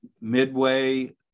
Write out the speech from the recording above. Midway